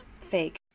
fake